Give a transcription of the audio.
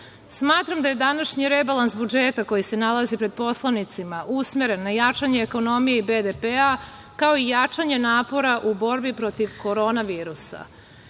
zarade. Smatram da je današnji rebalans budžeta koji se nalaze pred poslanicima usmeren na jačanje ekonomije i BDP-a, kao i jačanje napora u borbi protiv korona virusa. Na